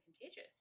contagious